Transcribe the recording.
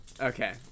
Okay